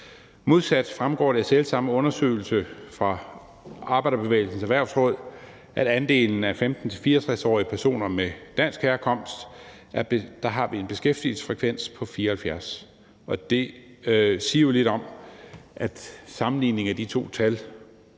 Modsat fremgår det af selv samme undersøgelse fra Arbejderbevægelsens Erhvervsråd, at andelen af 15-64-årige personer af dansk herkomst udviser en beskæftigelsesfrekvens på 74 pct. Og en sammenligning af de to tal